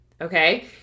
okay